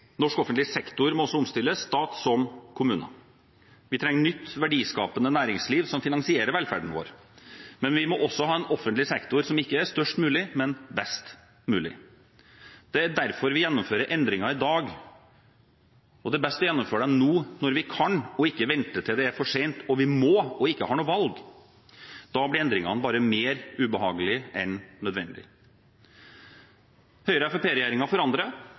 Norsk offentlig sektor må også omstilles – stat som kommuner. Vi trenger nytt verdiskapende næringsliv som finansierer velferden vår, men vi må også ha en offentlig sektor som ikke er størst mulig, men best mulig. Det er derfor vi gjennomfører endringer i dag. Det er best å gjennomføre dem nå mens vi kan, og ikke vente til det er for sent – til vi må og ikke har noe valg. Da blir endringene bare mer ubehagelige enn nødvendige. Høyre–Fremskrittsparti-regjeringen forandrer og